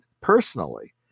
personally